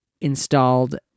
installed